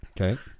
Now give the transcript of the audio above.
Okay